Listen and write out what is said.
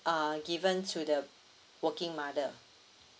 are given to the working mother